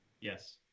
Yes